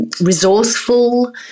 resourceful